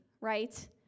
right